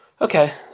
okay